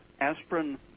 aspirin